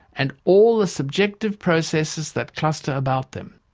and all the subjective processes that cluster about them.